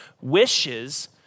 wishes